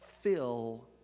fill